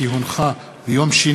כי הונחה על שולחן חברי הכנסת ביום שני,